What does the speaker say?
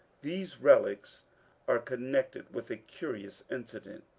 these relics are connected with a curious incident